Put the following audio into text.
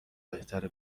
بهتره